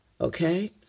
Okay